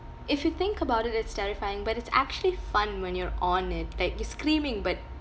if you think about it it's terrifying but it's actually fun when you're on it like you're screaming but